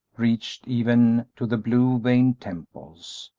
reached even to the blue-veined temples.